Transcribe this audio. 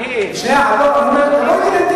תבוא אתי לנתיבות,